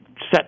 Set